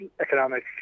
economic